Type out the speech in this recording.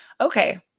okay